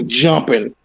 jumping